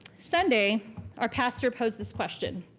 sunday our pastor posed this question.